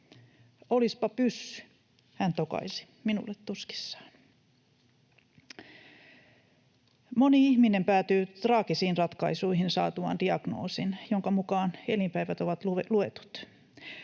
”Olispa pyssy”, hän tokaisi minulle tuskissaan. Moni ihminen päätyy traagisiin ratkaisuihin saatuaan diagnoosin, jonka mukaan elinpäivät ovat luetut.